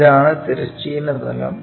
ഇതാണ് തിരശ്ചീന തലം